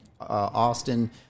Austin